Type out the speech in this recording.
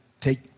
take